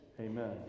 Amen